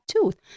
tooth